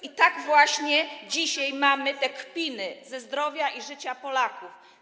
I właśnie dzisiaj mamy kpiny ze zdrowia i życia Polaków.